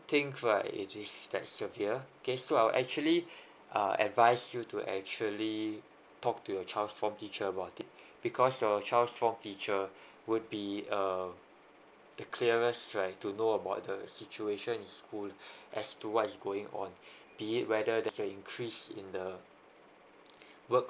think right it is that severe okay so I'll actually uh advise you to actually talk to your child's form teacher about it because your child's form teacher would be uh the clearest right to know about the the situation in school as to what's going on be it weather the increase in the work